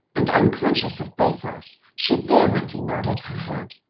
and unconscious of bathos, she vehemently nodded her head.